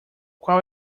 qual